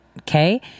Okay